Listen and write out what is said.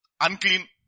Unclean